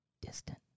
distant